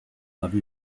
navi